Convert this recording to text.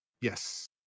Yes